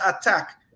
attack